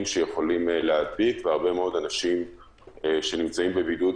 שיכולים להדביק והרבה מאוד אנשים שנמצאים בבידוד,